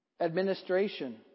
Administration